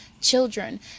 Children